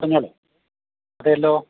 ആ പറഞ്ഞോളൂ അതേലോ